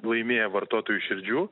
laimėję vartotojų širdžių